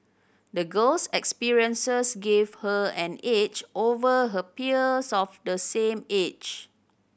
the girl's experiences gave her an edge over her peers of the same age